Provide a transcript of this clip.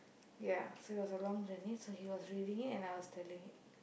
ya so it was a long journey so he was reading it and I was telling it